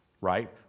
right